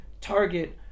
target